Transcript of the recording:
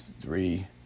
three